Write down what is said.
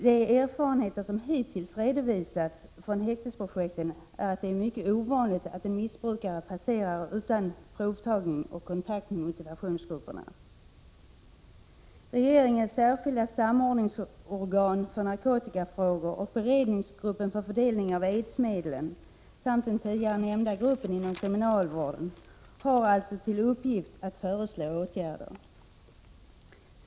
De erfarenheter som hittills redovisats från häktesprojekten är att det är mycket ovanligt att en missbrukare passerar utan provtagning och kontakt med motivationsgrupperna. Regeringens särskilda samordningsorgan för narkotikafrågor, beredningsgruppen för fördelning av aidsmedlen samt den tidigare nämnda gruppen inom kriminalvården har alltså till uppgift att föreslå åtgärder.